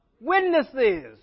Witnesses